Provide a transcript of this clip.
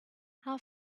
how